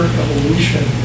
evolution